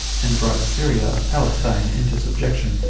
and brought syria of palestine into subjection,